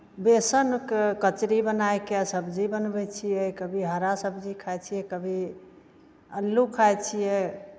बेसनके कचड़ी बनाए कऽ सब्जी बनबै छियै कभी हरा सब्जी खाइ छियै कभी आलू खाइ छियै